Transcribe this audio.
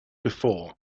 before